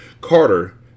Carter